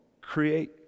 create